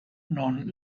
non